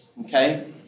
okay